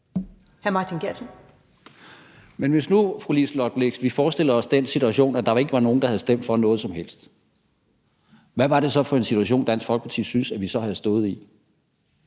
Martin Geertsen (V): Men hvis nu vi forestiller os den situation, fru Liselott Blixt, at der ikke var nogen, der havde stemt for noget som helst, hvad var det så for en situation, Dansk Folkeparti synes vi havde stået i?